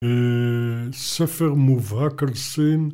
ספר מובהק על סין